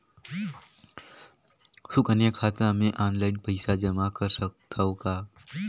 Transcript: सुकन्या खाता मे ऑनलाइन पईसा जमा कर सकथव का?